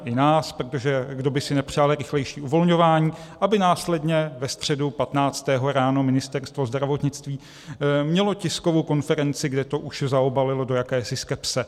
I nás, protože kdo by si nepřál rychlejší uvolňování, aby následně ve středu patnáctého ráno Ministerstvo zdravotnictví mělo tiskovou konferenci, kde to už zaobalilo do jakési skepse.